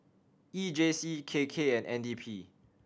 E J C K K and N D P